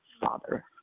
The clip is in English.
father